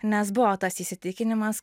nes buvo tas įsitikinimas